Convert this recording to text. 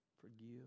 Forgive